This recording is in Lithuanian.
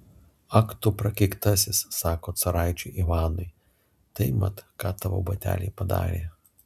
ak tu prakeiktasis sako caraičiui ivanui tai mat ką tavo bateliai padarė